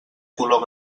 color